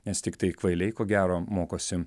nes tiktai kvailiai ko gero mokosi